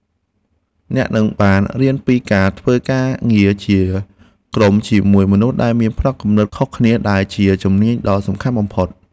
អ្នកនឹងបានរៀនពីការធ្វើការងារជាក្រុមជាមួយមនុស្សដែលមានផ្នត់គំនិតខុសគ្នាដែលជាជំនាញដ៏សំខាន់បំផុត។